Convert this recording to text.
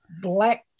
black